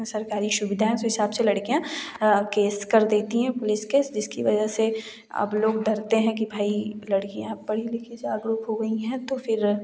सरकारी सुविधा है उस हिसाब से लड़कियाँ केस कर देती हैं पुलिस केस जिसकी वजह से अब लोग डरते हैं कि भाई लड़कियाँ पढ़ी लिखी जागरुक हो गई हैं तो फिर